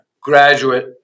graduate